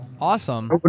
awesome